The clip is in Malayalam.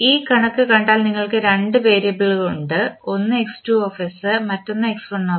ഈ കണക്ക് കണ്ടാൽ നിങ്ങൾക്ക് രണ്ട് വേരിയബിളുകൾ ഉണ്ട് ഒന്ന് X2 മറ്റൊന്ന് X1